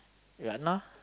ya lah